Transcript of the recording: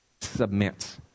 submit